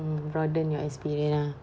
mm broaden your experience ah